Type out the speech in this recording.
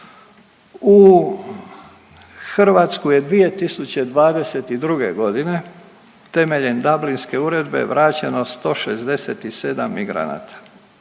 U Hrvatsku je 2022. godine temeljem Dublinske uredbe vraćeno 167 migranata.